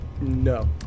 No